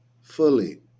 fully